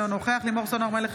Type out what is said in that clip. אינו נוכח לימור סון הר מלך,